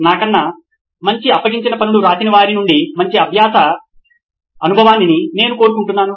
నాకన్నా మంచి అప్పగించిన పనులు వ్రాసిన వారి నుండి మంచి అభ్యాస అనుభవాన్ని నేను కోరుకుంటున్నాను